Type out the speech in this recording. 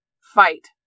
fight